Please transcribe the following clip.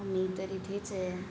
मी तर इथेच आहे